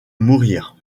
mourir